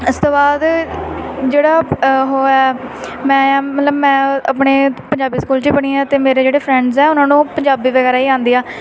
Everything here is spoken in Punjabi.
ਇਸ ਤੋਂ ਬਾਅਦ ਜਿਹੜਾ ਉਹ ਹੈ ਮੈਂ ਮਤਲਬ ਮੈਂ ਆਪਣੇ ਪੰਜਾਬੀ ਸਕੂਲ 'ਚ ਪੜ੍ਹੀ ਹਾਂ ਅਤੇ ਮੇਰੇ ਜਿਹੜੇ ਫਰੈਂਡਸ ਆ ਉਹਨਾਂ ਨੂੰ ਪੰਜਾਬੀ ਵਗੈਰਾ ਹੀ ਆਉਂਦੀ ਆ